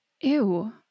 ew